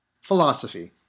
Philosophy